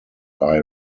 eye